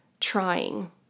trying